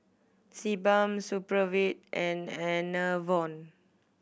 Sebamed Supravit and Enervon